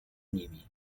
nimi